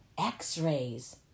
x-rays